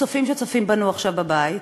הצופים שצופים בנו עכשיו בבית